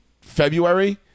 February